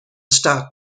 start